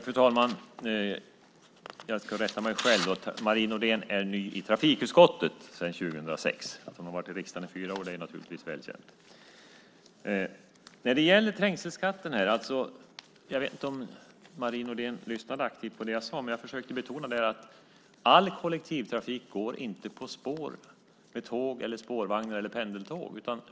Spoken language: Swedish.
Fru talman! Jag ska börja med att rätta mig själv. Marie Nordén är ny i trafikutskottet sedan 2006. Att hon suttit i riksdagen sedan 2002 är naturligtvis väl känt. När det gäller trängselskatten vet jag inte om Marie Nordén lyssnade aktivt på det jag sade. Jag försökte alltså betona att all kollektivtrafik inte går på spår i form av tåg, pendeltåg och spårvagn.